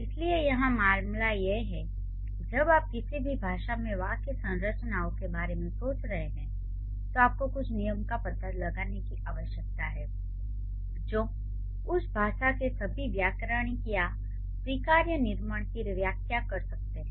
इसलिए यहां मामला यह है कि जब आप किसी भी भाषा में वाक्य संरचनाओं के बारे में सोच रहे हैं तो आपको कुछ नियमों का पता लगाने की आवश्यकता है जो उस भाषा के सभी व्याकरणिक या स्वीकार्य निर्माणों की व्याख्या कर सकते हैं